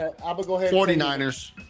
49ers